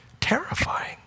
terrifying